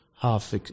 half